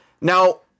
now